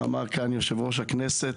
אמר כאן יושב-ראש הכנסת,